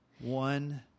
one